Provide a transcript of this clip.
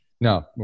No